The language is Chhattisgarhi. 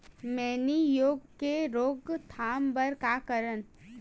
मैनी रोग के रोक थाम बर का करन?